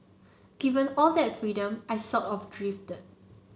given all that freedom I sort of drifted